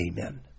Amen